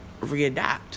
readapt